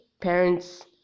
parents